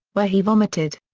where he vomited.